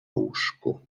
łóżku